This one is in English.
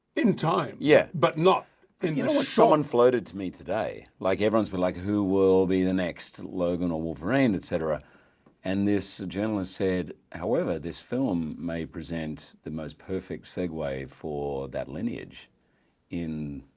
in time yeah but not and you know someone floated to me today? like everyone said but like who will be the next logan or wolverine etc and this gentleman said however this film may present the most perfect segue for that lineage in